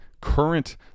current